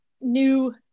new